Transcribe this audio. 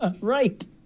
Right